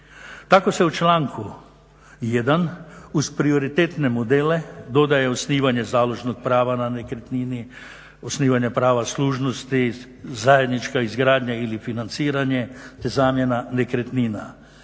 Tako se u članku 1.uz prioritetne modele dodaje osnivanje zalužnog prava na nekretnini, osnivanja prava služnosti, zajednička izgradnja ili financiranje te zamjena nekretnina.